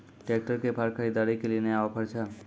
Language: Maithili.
ट्रैक्टर के फार खरीदारी के लिए नया ऑफर छ?